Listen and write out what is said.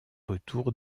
retour